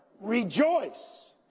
Rejoice